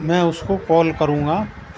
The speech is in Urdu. میں اس کو کال کروں گا